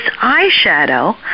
eyeshadow